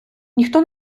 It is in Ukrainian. ніхто